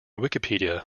wikipedia